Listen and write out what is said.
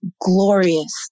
glorious